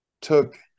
took